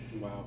Wow